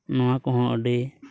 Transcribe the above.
ᱱᱚᱣᱟ ᱠᱚᱦᱚᱸ ᱟᱹᱰᱤ